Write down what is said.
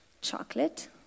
chocolate